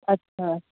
अच्छा